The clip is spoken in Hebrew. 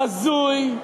בזוי,